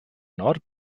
nord